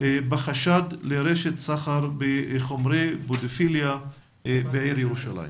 בחשד לרשת סחר בחומרי פדופיליה בעיר ירושלים.